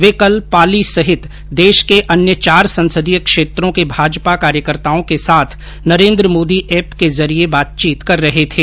वे कल पाली सहित देश के अन्य चार संसदीय क्षेत्रों के भाजपा कार्यकर्ताओं के साथ नरेन्द्र मोदी ऐप के जरिए बातचीत कर रहे थे